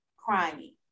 crying